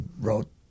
wrote